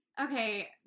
Okay